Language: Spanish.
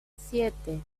siete